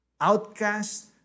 outcast